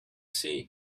sea